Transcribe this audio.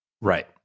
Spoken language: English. Right